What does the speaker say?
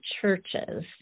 churches